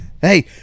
hey